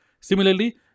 similarly